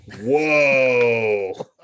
Whoa